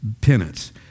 penance